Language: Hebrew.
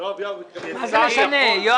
יואב, מה זה משנה?